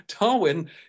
darwin